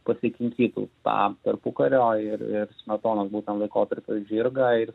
pasikinkytų tą tarpukario ir ir smetonos būtent laikotarpio žirgą ir